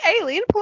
alien